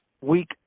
weak